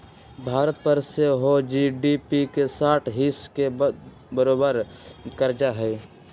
भारत पर सेहो जी.डी.पी के साठ हिस् के बरोबर कर्जा हइ